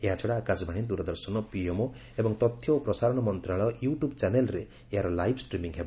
ଏହାଛଡ଼ା ଆକାଶବାଣୀ ଦୂରଦର୍ଶନ ପିଏମ୍ଓ ଏବଂ ତଥ୍ୟ ଓ ପ୍ରସାରଣ ମନ୍ତ୍ରଣାଳୟ ୟୁ ଟ୍ୟୁବ୍ ଚ୍ୟାନେଲ୍ରେ ଏହାର ଲାଇଭ୍ ଷ୍ଟ୍ରିମିଙ୍ଗ୍ ହେବ